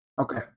okay